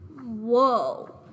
Whoa